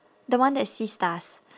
the one that sees stars